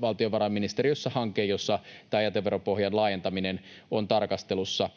valtiovarainministeriössä on hanke, jossa tämä jäteveropohjan laajentaminen on tarkastelussa.